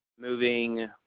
moving